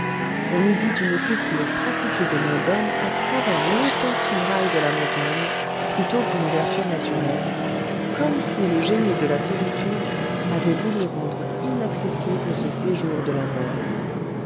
on eût dit une coupure pratiquée de main d'homme à travers l'épaisse muraille de la montagne plutôt qu'une ouverture naturelle comme si le génie de la solitude avait voulu rendre inaccessible ce séjour de la mort